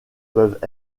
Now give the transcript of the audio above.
peuvent